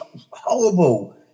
horrible